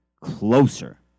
closer